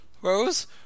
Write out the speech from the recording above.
Rose